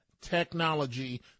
technology